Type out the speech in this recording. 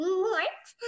more